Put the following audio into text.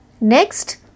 Next